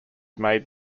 made